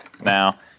now